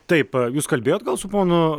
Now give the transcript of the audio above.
taip jūs kalbėjote gal su ponu